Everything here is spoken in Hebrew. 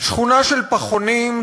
שכונה של פחונים,